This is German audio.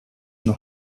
noch